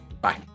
Bye